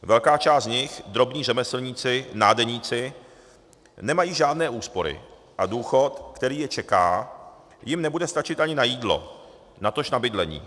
Velká část z nich drobní řemeslníci, nádeníci nemají žádné úspory a důchod, který je čeká, jim nebude stačit ani na jídlo, natož na bydlení.